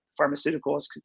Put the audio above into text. pharmaceuticals